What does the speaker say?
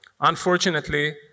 Unfortunately